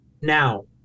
now